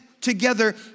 together